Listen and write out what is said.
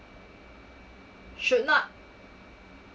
should not